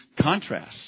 contrasts